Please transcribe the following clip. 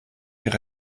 ihre